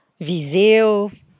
Viseu